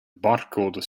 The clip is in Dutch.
barcode